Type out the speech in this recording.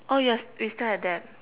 oh yes we still have that